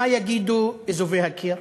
מה יגידו אזובי הקיר?